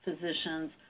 physicians